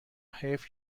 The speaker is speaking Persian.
حیف